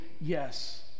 yes